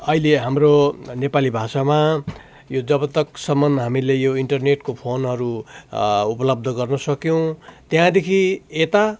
अहिले हाम्रो नेपाली भाषामा यो जबतकसम्म हामीले यो इन्टरनेटको फोनहरू उपलब्ध गर्नुसक्यौँ त्यहाँदेखि यता